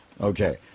Okay